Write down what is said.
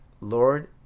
Lord